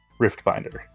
Riftbinder